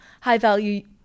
high-value